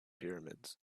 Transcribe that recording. pyramids